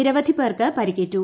നിരവധി പേർക്ക് പരിക്കേറ്റു